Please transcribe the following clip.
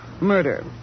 Murder